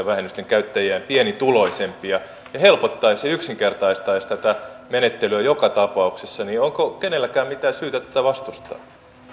vähennysten käyttäjiä pienituloisempia ja helpottaisi ja yksinkertaistaisi tätä menettelyä joka tapauksessa niin onko kenelläkään mitään syytä tätä vastustaa